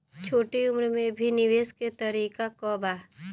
छोटी उम्र में भी निवेश के तरीका क बा?